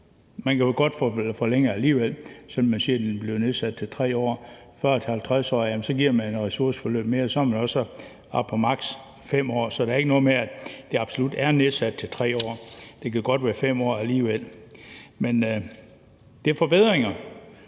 få den forlænget alligevel, selv om man siger, at den bliver nedsat til 3 år, for hvis det er 40-50 årige, giver man et ressourceforløb mere, og så er man jo også oppe på maks. 5 år, så det er ikke noget med, at det absolut er nedsat til 3 år, det kan godt være 5 år alligevel. Men det er forbedringer